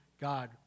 God